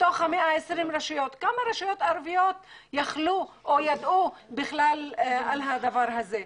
מתוך 120 רשויות כמה רשויות ערביות יכלו או ידעו בכלל על הדבר הזה?